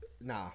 nah